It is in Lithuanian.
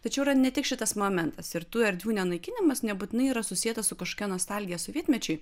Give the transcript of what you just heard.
tačiau yra ne tik šitas momentas ir tų erdvių nenaikinimas nebūtinai yra susietas su kažkokia nostalgija sovietmečiui